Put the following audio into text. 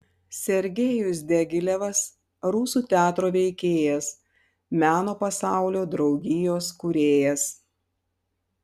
sergejus diagilevas rusų teatro veikėjas meno pasaulio draugijos kūrėjas